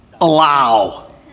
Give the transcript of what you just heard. allow